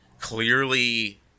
clearly